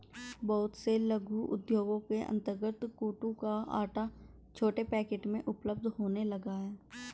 बहुत से लघु उद्योगों के अंतर्गत कूटू का आटा छोटे पैकेट में उपलब्ध होने लगा है